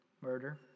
Murder